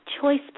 choice